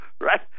Right